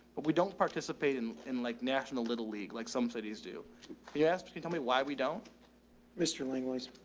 but we don't participate in, in like national little league, like some cities. do you ask, can you tell me why we don't mr langley's?